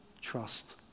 trust